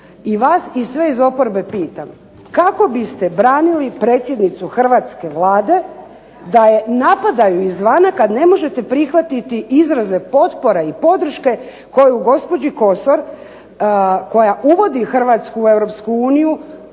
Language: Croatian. i vas i sve iz oporbe pitam kako biste branili predsjednicu hrvatske Vlade da je napadaju izvana kad ne možete prihvatiti izraze potpore i podrške koju gospođi Kosor koja uvodi Hrvatsku u EU